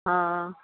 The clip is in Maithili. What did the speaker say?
हॅं